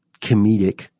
comedic